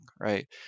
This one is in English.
right